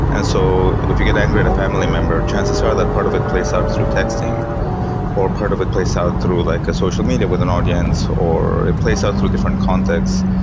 and so, if you get angry at a family member, chances are that part of it plays out through texting or part of it plays out through like a social media with an audience or it plays out through different contexts.